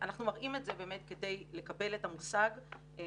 אנחנו מראים את זה באמת כדי לקבל את המושג וגם